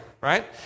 right